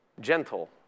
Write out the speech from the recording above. gentle